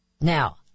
Now